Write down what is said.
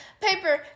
paper